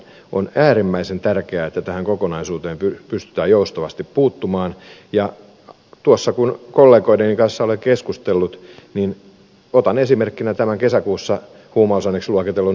on äärimmäisen tärkeää että tähän kokonaisuuteen pystytään joustavasti puuttumaan ja tuossa kun kollegoideni kanssa olen keskustellut niin otan esimerkkinä tämän kesäkuussa huumausaineeksi luokitellun mdpv huumausaineen